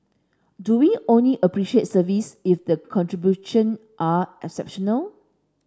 do we only appreciate service if the contribution are exceptional